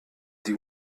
die